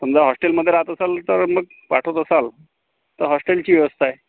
समजा हॉस्टेलमध्ये राहत असाल तर मग पाठवत असाल तर होस्टेलची व्यवस्था आहे